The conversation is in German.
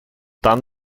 dann